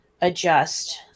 adjust